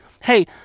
hey